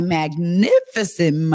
magnificent